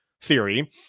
theory